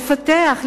לפתח,